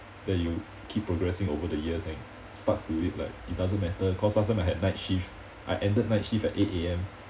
then you keep progressing over the years and stuck to it like it doesn't matter cause last time I had night shift I ended night shift at eight A_M